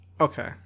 Okay